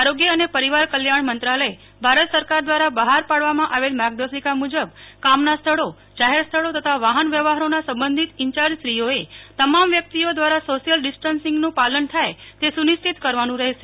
આરોગ્ય અને પરિવાર કલ્યાણ મંત્રાલય ભારત સરકાર દ્વારા બહાર પાડવામાં આવેલ માર્ગદર્શિકા મુજબ કામના સ્થળો જાહેર સ્થળો તથા વાહન વ્યવહારોના સબંધિત ઈન્ચાર્જશ્રીઓએ તમામ વ્યકિતઓ દ્વારા સોશિયલ ડિસ્ટંર્સીંગનું પાલન થાય તે સુનિશ્ચિત કરવાનું રહેશે